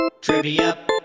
Trivia